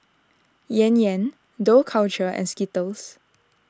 Yan Yan Dough Culture and Skittles